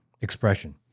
expression